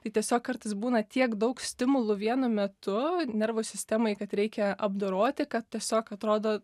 tai tiesiog kartais būna tiek daug stimulų vienu metu nervų sistemai kad reikia apdoroti kad tiesiog atrodo